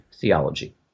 theology